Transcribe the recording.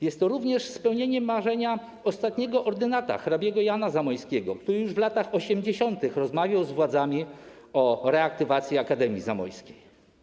Jest to również spełnienie marzenia ostatniego ordynata hrabiego Jana Zamoyskiego, który już w latach 80. rozmawiał z władzami o reaktywacji Akademii Zamojskiej.